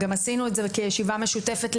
וגם עשינו אותה כישיבה משותפת,